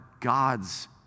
God's